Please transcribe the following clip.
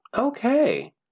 Okay